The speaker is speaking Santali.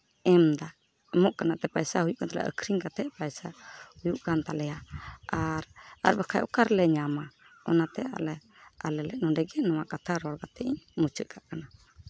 ᱮᱢᱫᱟ ᱮᱢᱚᱜ ᱠᱟᱱᱟ ᱮᱱᱛᱮᱫ ᱯᱚᱭᱥᱟ ᱦᱩᱭᱩᱜ ᱠᱟᱱ ᱛᱟᱞᱮᱭᱟ ᱟᱠᱷᱨᱤᱧ ᱠᱟᱛᱮᱫ ᱯᱟᱭᱥᱟ ᱦᱩᱭᱩᱜ ᱠᱟᱱ ᱛᱟᱞᱮᱭᱟ ᱟᱨ ᱟᱨ ᱵᱟᱠᱷᱟᱡ ᱚᱠᱟ ᱨᱮᱞᱮ ᱧᱟᱢᱟ ᱚᱱᱟᱛᱮ ᱟᱞᱮ ᱟᱞᱮ ᱞᱮ ᱱᱚᱸᱰᱮ ᱜᱮ ᱱᱚᱣᱟ ᱠᱟᱛᱷᱟ ᱨᱚᱲ ᱠᱟᱛᱮᱫ ᱤᱧ ᱢᱩᱪᱟᱹᱫ ᱠᱟᱜ ᱠᱟᱱᱟ